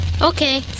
Okay